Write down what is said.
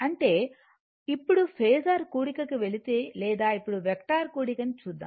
అంటే ఇప్పుడు ఫేసర్ కూడికకి వెళితే లేదా ఇప్పుడు వెక్టార్ కుడికని చూద్దాము